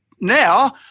now